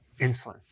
insulin